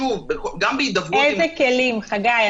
איזה כלים, חגי?